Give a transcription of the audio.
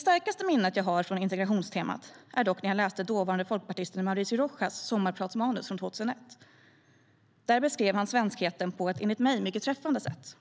starkaste minnet jag har från integrationstemat är dock att jag läste dåvarande folkpartipolitikern Mauricio Rojas sommarpratsmanus från 2001, där han beskrev svenskheten på ett för mig mycket träffande sätt.